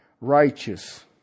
Righteous